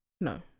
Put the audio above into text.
No